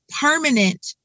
permanent